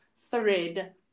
thread